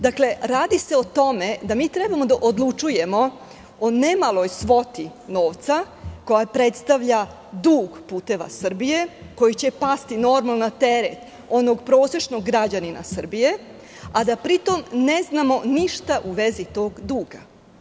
Dakle, radi se o tome da mi treba da odlučujemo o nemaloj svoti novca koja predstavlja dug "Puteva Srbije", koji će pasti, normalno, na teret onog prosečnog građanina Srbije, a da pri tom ne znamo ništa u vezi tog duga.